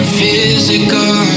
physical